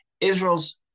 Israel's